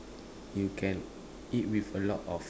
you can eat with a lot of